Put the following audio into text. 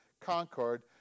concord